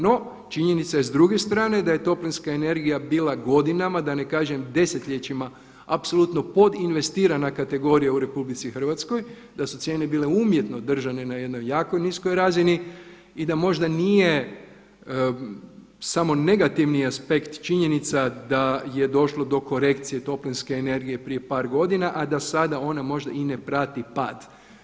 No, činjenica je s druge strane da je toplinska energija bila godinama da ne kažem desetljećima apsolutno podinvestirana kategorija u RH, da su cijene bile umjetno držane na jednoj jako niskoj razini i da možda nije samo negativni aspekt činjenica da je došlo do korekcije toplinske energije prije par godina, a da sada ona možda i ne prati pad.